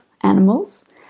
animals